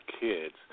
kids